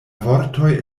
vortoj